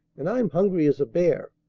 and i'm hungry as a bear.